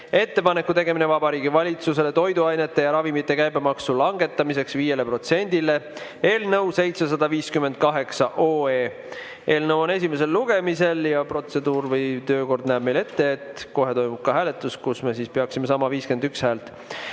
"Ettepaneku tegemine Vabariigi Valitsusele toiduainete ja ravimite käibemaksu langetamiseks 5 protsendile" eelnõu 758 esimene lugemine. Protseduur või töökord näeb meil ette, et kohe toimub ka hääletus, kus me peaksime saama [vähemalt]